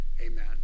Amen